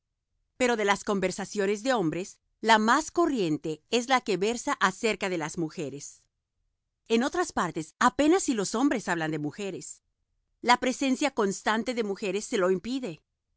pero de las conversaciones de hombres la más corriente es la que versa acerca de las mujeres en otras partes apenas si los hombres hablan de mujeres la presencia constante de mujeres se lo impide